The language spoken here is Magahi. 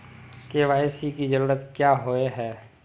के.वाई.सी की जरूरत क्याँ होय है?